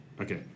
Okay